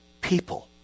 people